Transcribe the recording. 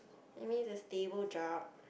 I mean it's a stable job